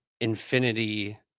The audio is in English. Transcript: infinity